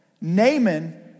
Naaman